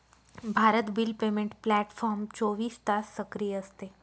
Bharat bill payment platform चोवीस तास सक्रिय असते